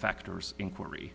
factors inquiry